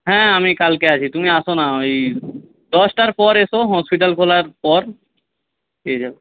হ্যাঁ আমি কালকে আছি তুমি এসো না ওই দশটার পর এসো হসপিটাল খোলার পর পেয়ে যাবে